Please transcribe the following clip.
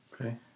Okay